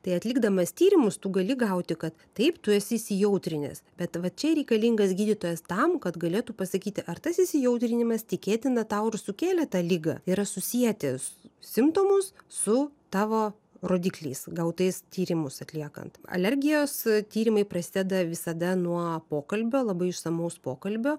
tai atlikdamas tyrimus tu gali gauti kad taip tu esi įsijautrinęs bet vat čia ir reikalingas gydytojas tam kad galėtų pasakyti ar tas įsijautrinimas tikėtina tau ir sukėlė tą ligą yra susieti su simptomus su tavo rodikliais gautais tyrimus atliekant alergijos tyrimai prasideda visada nuo pokalbio labai išsamaus pokalbio